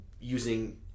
using